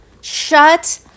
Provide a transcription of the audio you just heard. Shut